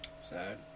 Sad